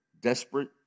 desperate